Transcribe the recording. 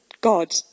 God